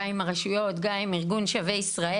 גם עם הרשויות וגם עם ארגון שבי ישראל.